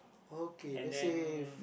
okay let's say